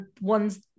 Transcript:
ones